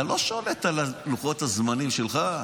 אתה לא שולט על לוחות הזמנים שלך.